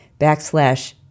backslash